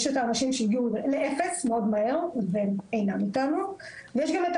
יש את האנשים שהגיעו לאפס מאוד מהר והם אינם איתנו ויש גם את